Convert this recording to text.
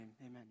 Amen